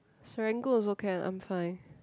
Serangoon also can I'm fine